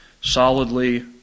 solidly